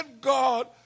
God